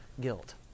Guilt